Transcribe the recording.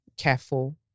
careful